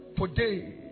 Today